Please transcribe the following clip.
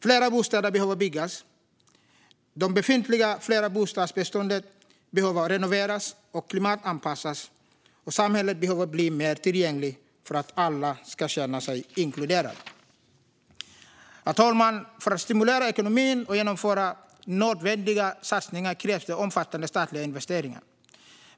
Fler bostäder behöver byggas. Det befintliga flerbostadsbeståndet behöver renoveras och klimatanpassas. Samhället behöver bli mer tillgängligt för att alla ska känna sig inkluderade. Herr talman! För att stimulera ekonomin och genomföra nödvändiga satsningar krävs det omfattande statliga investeringar.